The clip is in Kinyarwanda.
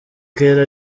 kera